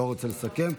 לא רוצה לסכם.